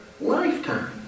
lifetime